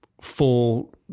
full